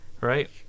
right